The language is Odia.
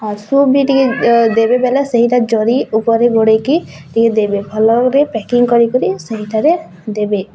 ହଁ ସୁପବି ଟିକିଏ ଦେବେ ବେଲେ ସେହିଟା ଜରି ଉପରେ ଗୁଡ଼େଇକି ଟିକେ ଦେବେ ଭଲରେ ପ୍ୟାକିଙ୍ଗ କରି କରି ସେହିଠାରେ ଦେବେ